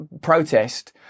protest